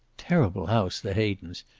terrible house, the haydens.